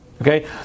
Okay